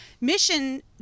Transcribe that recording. Mission